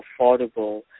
affordable